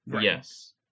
Yes